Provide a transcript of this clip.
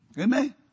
Amen